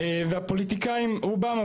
והפוליטיקאים רובם,